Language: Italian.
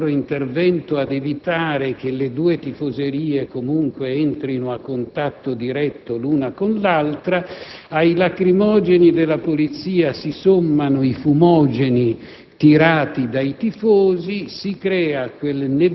e riescono, grazie a questo e al loro intervento, ad evitare che le due tifoserie entrino a contatto diretto l'una con l'altra. Ai lacrimogeni della polizia si sommano i fumogeni